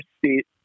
seat